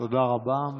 תודה רבה.